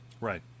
Right